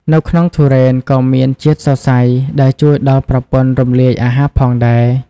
នៅក្នុងទុរេន ក៏មានជាតិសរសៃ ដែលជួយដល់ប្រព័ន្ធរំលាយអាហារផងដែរ។